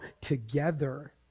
together